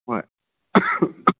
ꯍꯣꯏ